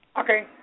Okay